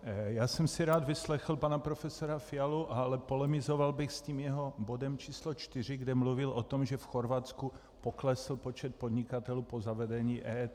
Já jsem si rád vyslechl pana profesora Fialu, ale polemizoval bych s tím jeho bodem číslo 4, kde mluvil o tom, že v Chorvatsku poklesl počet podnikatelů po zavedení EET.